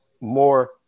more